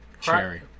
cherry